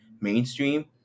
mainstream